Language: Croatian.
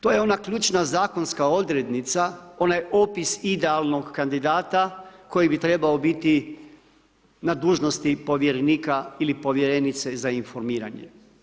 To je ona ključna zakonska odrednica, onaj opis idealnog kandidata koji bi trebao biti na dužnosti povjerenika ili povjerenice za informiranje.